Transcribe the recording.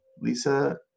Lisa